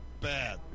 Bad